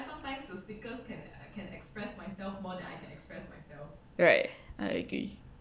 right I agree